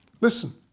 Listen